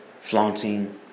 Flaunting